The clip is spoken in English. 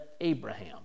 Abraham